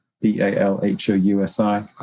B-A-L-H-O-U-S-I